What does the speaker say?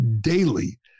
daily